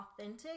authentic